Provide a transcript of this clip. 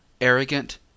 Arrogant